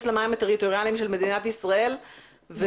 למים הטריטוריאליים של מדינת ישראל ותחתן זוגות?